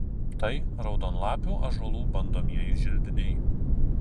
tai raudonlapių ąžuolų bandomieji želdiniai